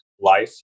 life